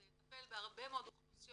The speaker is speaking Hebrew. זה יטפל בהרבה מאוד אוכלוסיות